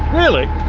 really?